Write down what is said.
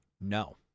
No